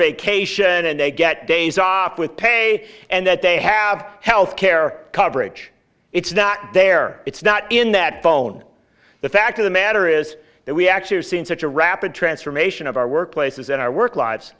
vacation and they get days off with pay and that they have health care coverage it's not there it's not in that bone the fact of the matter is that we actually are seeing such a rapid transformation of our workplaces and our work lives